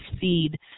feed